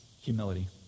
Humility